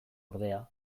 ordea